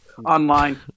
Online